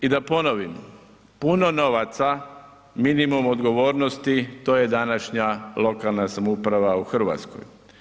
I da ponovim, puno novaca, minimum odgovornosti, to je današnja lokalna samouprava u Hrvatskoj.